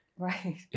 Right